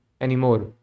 anymore